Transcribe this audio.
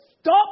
Stop